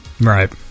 Right